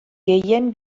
gehien